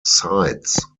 sides